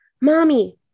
Mommy